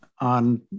on